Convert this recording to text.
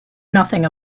nothing